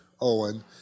Owen